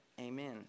amen